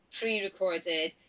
pre-recorded